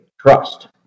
trust